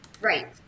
Right